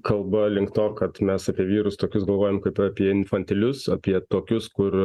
kalba link to kad mes apie vyrus tokius galvojam kad apie infantilius apie tokius kur